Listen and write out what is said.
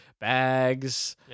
bags